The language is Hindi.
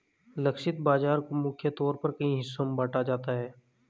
लक्षित बाजार को मुख्य तौर पर कई हिस्सों में बांटा जाता है